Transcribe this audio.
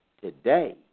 today